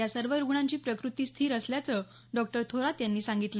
या सर्व रुग्णांची प्रकृती स्थिर असल्याचं डॉ थोरात यांनी सांगितलं